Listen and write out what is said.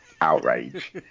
outrage